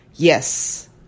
Yes